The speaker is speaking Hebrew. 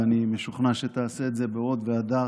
ואני משוכנע שתעשה את זה בהוד והדר